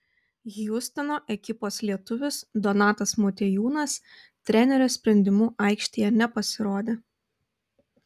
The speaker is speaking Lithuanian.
hjustono ekipos lietuvis donatas motiejūnas trenerio sprendimu aikštėje nepasirodė